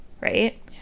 right